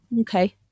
Okay